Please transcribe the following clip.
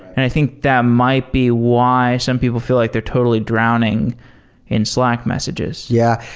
and i think that might be why some people feel like they're totally drowning in slack messages yeah.